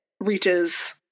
reaches